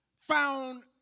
found